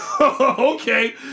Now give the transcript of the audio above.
Okay